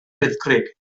wyddgrug